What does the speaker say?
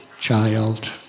child